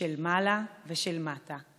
של מעלה ושל מטה /